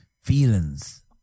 feelings